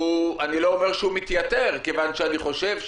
אני לא אומר שהוא מתייתר, כיון שאני חושב שאם,